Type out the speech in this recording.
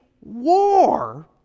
war